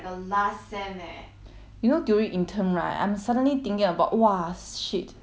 you know during intern right I'm suddenly thinking about !wah! shit I still got one sem then I graduate already